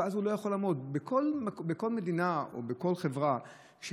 אוכלוסייה זו של